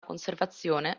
conservazione